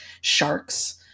sharks